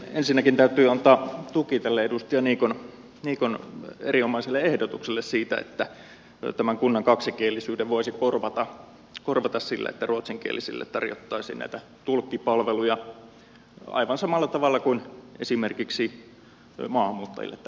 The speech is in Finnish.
ensinnäkin täytyy antaa tuki tälle edustaja niikon erinomaiselle ehdotukselle siitä että tämän kunnan kaksikielisyyden voisi korvata sillä että ruotsinkielisille tarjottaisiin näitä tulkkipalveluja aivan samalla tavalla kuin esimerkiksi maahanmuuttajille tällä hetkellä